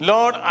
Lord